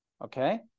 okay